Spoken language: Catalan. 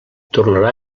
tornarà